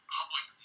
public